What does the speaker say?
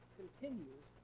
continues